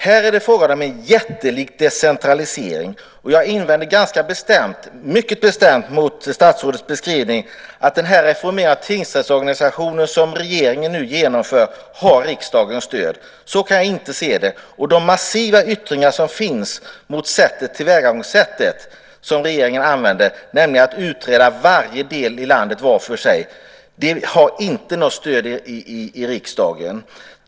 Här är det fråga om en jättelik decentralisering. Jag invänder mycket bestämt mot statsrådets beskrivning av att den reformerade tingsrättsorganisation som regeringen nu genomför har riksdagens stöd. Så kan jag inte se det. De massiva yttringar som finns mot det tillvägagångssätt som regeringen använder, nämligen att utreda varje del i landet var för sig, har inte något stöd i riksdagen.